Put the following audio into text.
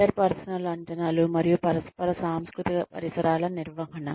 inter personal అంచనాలు మరియు పరస్పర సాంస్కృతిక పరిసరాల నిర్వహణ